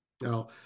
Now